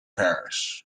pairs